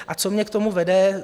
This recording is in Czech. A co mě k tomu vede?